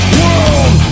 world